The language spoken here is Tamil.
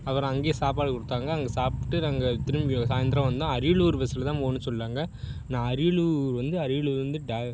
அப்புறம் அங்கே சாப்பாடு கொடுத்தாங்க அங்கே சாப்பிட்டு நாங்கள் திரும்பி சாய்ந்திரம் வந்தோம் அரியலூர் பஸ்சில் தான் போகணுன்னு சொன்னாங்க நான் அரியலூர் வந்து அரியலூர் வந்து டா